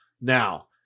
Now